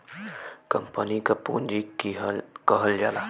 company क पुँजी कहल जाला